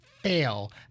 fail